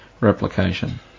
replication